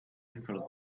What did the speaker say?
eiffel